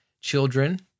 children